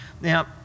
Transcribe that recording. now